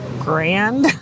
grand